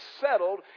settled